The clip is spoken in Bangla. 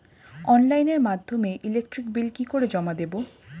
অনলাইনের মাধ্যমে ইলেকট্রিক বিল কি করে জমা দেবো?